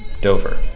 Dover